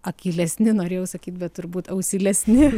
akylesni norėjau sakyt bet turbūt ausylesni